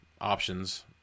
options